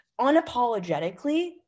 unapologetically